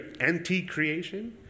anti-creation